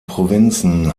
provinzen